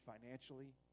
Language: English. financially